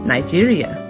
Nigeria